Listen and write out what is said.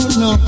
no